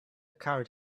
card